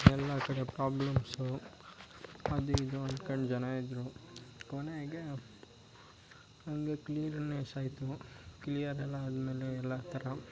ಎಲ್ಲ ಕಡೆ ಪ್ರಾಬ್ಲಮ್ಸು ಅದು ಇದು ಅನ್ಕೊಂಡು ಜನ ಇದ್ದರು ಕೊನೆಗೆ ಹಾಗೆ ಕ್ಲಿನ್ನೆಸ್ ಆಯಿತು ಕ್ಲಿಯರ್ ಎಲ್ಲ ಆದಮೇಲೆ ಎಲ್ಲ ಥರ